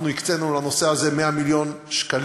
אנחנו הקצינו לנושא הזה 100 מיליון ש"ח,